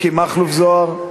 מכלוף מיקי זוהר,